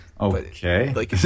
Okay